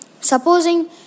Supposing